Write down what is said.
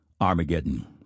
Armageddon